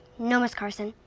no, ms. carson.